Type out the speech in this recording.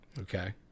Okay